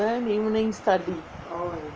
then evening study